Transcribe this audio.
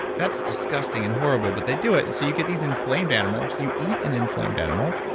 that's disgusting and horrible but they do it, and so you get these inflamed animals. you eat an inflamed animal,